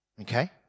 Okay